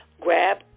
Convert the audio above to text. grab